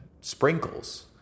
Sprinkles